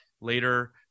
later